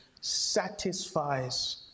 satisfies